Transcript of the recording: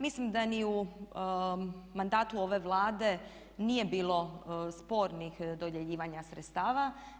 Mislim da ni u mandatu ove Vlade nije bilo spornih dodjeljivanja sredstava.